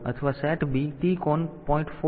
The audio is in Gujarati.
તેથી તમે SETB TR 0 અથવા SETB TCON